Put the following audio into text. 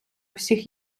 всіх